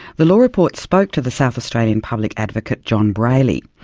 the law report spoke to the south australian public advocate john brayley.